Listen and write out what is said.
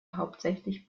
hauptsächlich